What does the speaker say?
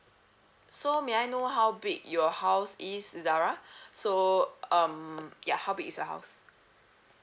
so may I know how big your house is zara so um ya how big is your house